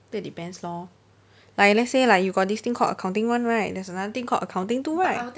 that depends lor like let's say like you got this thing called accounting one right there's another thing called accounting two right